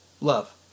Love